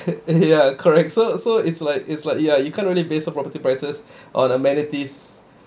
ya correct so so it's like it's like ya you can't really based on property prices on amenities